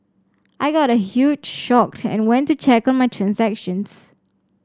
I got a huge shocked and went to check on my transactions